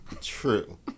True